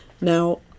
Now